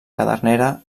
cadernera